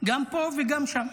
גם פה וגם שם.